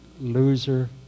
loser